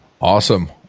Awesome